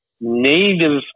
native